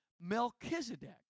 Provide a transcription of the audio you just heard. Melchizedek